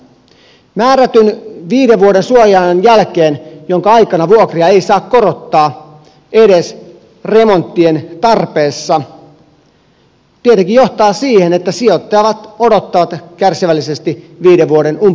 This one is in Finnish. määrätty viiden vuoden suoja aika jonka aikana vuokria ei saa korottaa edes remonttien tarpeessa tietenkin johtaa siihen että sijoittajat odottavat kärsivällisesti viiden vuoden umpeutumista